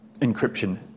encryption